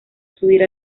subir